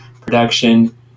production